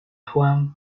juan